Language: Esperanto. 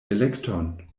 elekton